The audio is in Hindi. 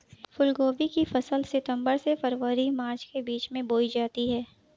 फूलगोभी की फसल सितंबर से फरवरी माह के बीच में बोई जाती है